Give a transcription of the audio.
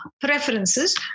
preferences